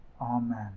Amen